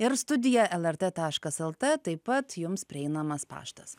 ir studija lrt taškas lt taip pat jums prieinamas paštas